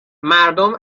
مردم